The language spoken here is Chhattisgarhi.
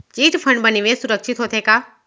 चिट फंड मा निवेश सुरक्षित होथे का?